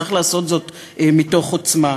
צריך לעשות זאת מתוך עוצמה.